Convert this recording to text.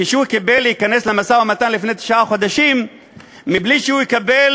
כשהוא קיבל על עצמו להיכנס למשא-ומתן לפני תשעה חודשים בלי שהוא קיבל